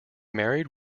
married